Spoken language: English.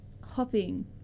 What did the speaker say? hopping